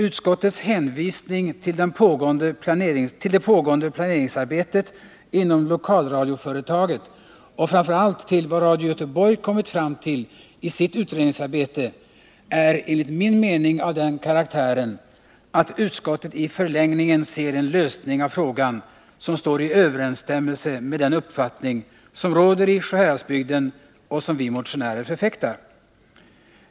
Utskottets hänvisning till det pågående planeringsarbetet inom lokalradioföretaget och framför allt till vad Radio Göteborg kommit fram till i sitt utredningsarbete är enligt min mening av den karaktären, att utskottet i förlängningen ser en lösning av frågan som står i överensstämmelse med den uppfattning som råder i Sjuhäradsbygden och som vi motionärer förfäktar.